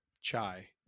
chai